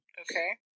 Okay